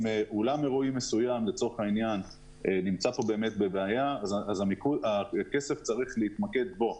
אם אולם אירועים מסוים נמצא בבעיה אז הכסף צריך להתמקד בו.